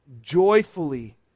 joyfully